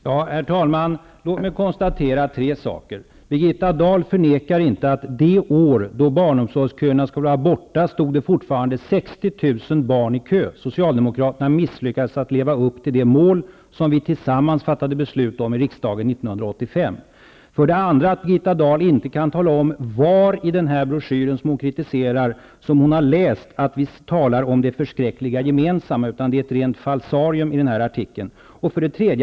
Herr talman! Låt mig konstatera tre saker. Birgitta Dahl förnekar inte att 60 000 barn fortfa rande stod i barnomsorgskö det år då barnom sorgsköerna skulle vara borta. Socialdemokra terna misslyckades att leva upp till det mål som vi tillsammans fattade beslut om i riksdagen 1985. Birgitta Dahl kan inte tala om var i den broschyr som hon kritiserar som hon har läst att vi talar om ''det förskräckliga gemensamma'', utan det som sägs om det i artikeln är ett rent falsarium.